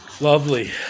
Lovely